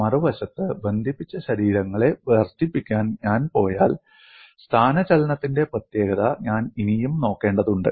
മറുവശത്ത് ബന്ധിപ്പിച്ച ശരീരങ്ങളെ വർദ്ധിപ്പിക്കാൻ ഞാൻ പോയാൽ സ്ഥാനചലനത്തിന്റെ പ്രത്യേകത ഞാൻ ഇനിയും നോക്കേണ്ടതുണ്ട്